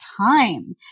time